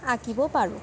আঁকিব পাৰোঁ